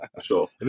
Sure